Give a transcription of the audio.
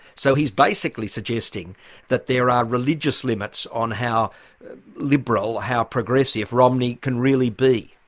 so he's basically suggesting that there are religious limits on how liberal, how progressive romney can really be.